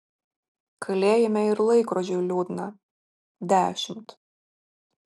kalėjime ir laikrodžiui liūdna dešimt